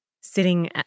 sitting